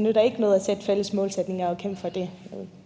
nytter ikke noget at sætte fælles målsætninger og kæmpe for det.